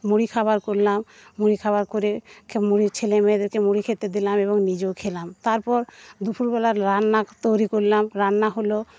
মুড়ি খাবার করলাম মুড়ি খাবার করে ছেলেমেয়েদেরকে মুড়ি খেতে দিলাম এবং নিজেও খেলাম তারপর দুপুরবেলা রান্না তৈরি করলাম রান্না হল